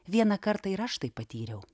vieną kartą ir aš tai patyriau